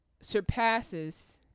surpasses